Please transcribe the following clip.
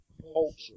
culture